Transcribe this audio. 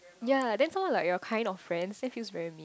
ya then how like you're kind of friends that feels very mean